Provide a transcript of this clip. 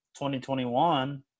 2021